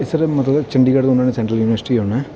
ਇਹ ਸਰ ਮਤਲਬ ਚੰਡੀਗੜ੍ਹ ਤੋਂ ਉਹਨਾਂ ਨੇ ਸੈਂਟਰਲ ਯੂਨੀਵਾਰਸਿਟੀ ਆਉਣਾ